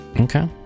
Okay